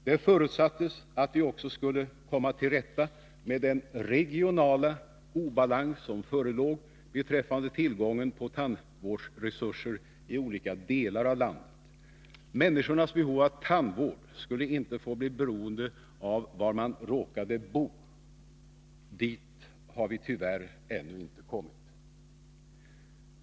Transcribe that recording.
Det förutsattes också att man skulle komma till rätta med den regionala obalans som föreligger beträffande tillgången på tandvårdsresurser i olika delar av landet. Människornas behov av tandvård skulle inte få vara beroende av var man råkade bo. Men dit har vi tyvärr ännu inte kommit.